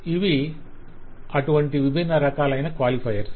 ఇవి అటువంటి విభిన్న రకాలైన ఖ్వాలిఫైయర్స్